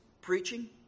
preaching